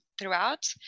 throughout